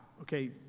okay